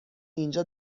اینجا